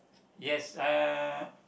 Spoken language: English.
yes uh